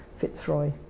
Fitzroy